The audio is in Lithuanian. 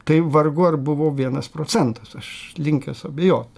tai vargu ar buvo vienas procentas aš linkęs abejot